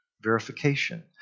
verification